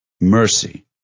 mercy